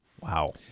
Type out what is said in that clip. Wow